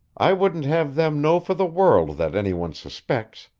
i wouldn't have them know for the world that any one suspects.